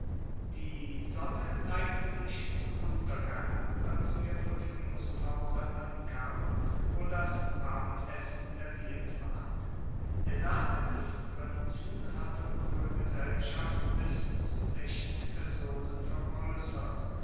die sonne neigte sich zum untergang als wir vor dem lusthause ankamen wo das abendessen serviert war der name des prinzen hatte unsere gesellschaft bis zu sechzehn personen vergrößert